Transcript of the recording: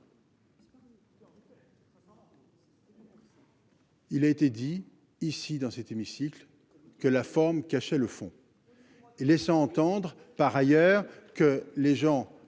Il a été dit, ici dans cet hémicycle, que la forme cachait le fond. Et, laissant entendre par ailleurs que les gens.